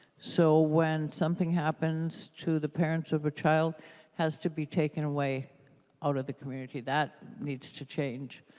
so when something happens to the parents of a child has to be taken away out of the community. that needs to change.